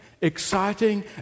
Exciting